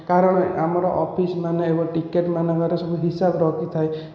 କାରଣ ଆମର ଅଫିସ ମାନେ ଏବଂ ଟିକେଟ୍ ମାନଙ୍କର ସବୁ ହିସାବ ରଖିଥାଏ